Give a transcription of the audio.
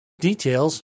Details